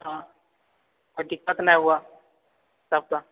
हाँ कोइ दिक्कत नहि हुए सभकेँ